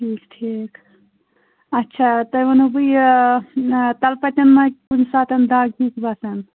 ٹھیٖک ٹھیٖک اچھا تُہۍ ؤنِو ہُہ یہِ تَلپَتن ما کُنہِ ساتن دَگ ہِش باسان